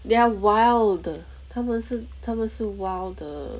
there are wild 他们是他们是 wild 的